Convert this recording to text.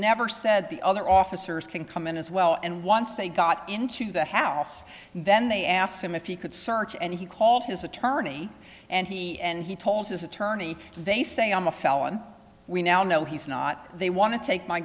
never said the other officers can come in as well and once they got into the house then they asked him if he could search and he called his attorney and he and he told his attorney they say i'm a felon we now know he's not they want to take my